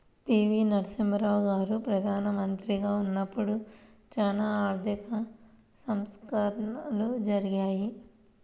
పి.వి.నరసింహారావు గారు ప్రదానమంత్రిగా ఉన్నపుడు చానా ఆర్థిక సంస్కరణలు జరిగాయి